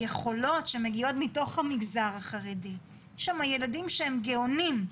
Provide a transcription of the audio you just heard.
היכולות שמגיעות מתוך המגזר החרדי יש שם ילדים שהם גאונים,